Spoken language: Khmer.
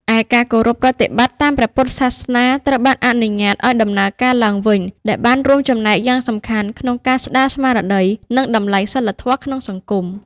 ឯ ការគោរពប្រតិបត្តិតាមព្រះពុទ្ធសាសនាត្រូវបានអនុញ្ញាតឱ្យដំណើរការឡើងវិញ ដែលបានរួមចំណែកយ៉ាងសំខាន់ក្នុងការស្ដារស្មារតី និងតម្លៃសីលធម៌ក្នុងសង្គម។